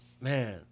Man